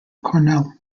cornell